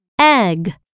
egg